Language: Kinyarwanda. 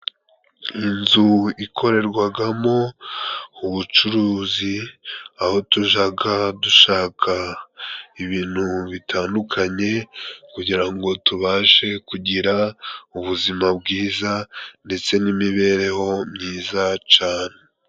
Inzu ikorerwagamo ubucuruzi aho tujaga dushaka ibintu bitandukanye, kugira ngo tubashe kugira ubuzima bwiza, ndetse n'imibereho myiza cane.